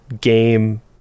game